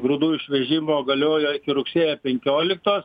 grūdų išvežimo galiojo iki rugsėjo penkioliktos